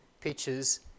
pictures